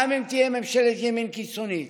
גם אם תהיה ממשלת ימין קיצונית,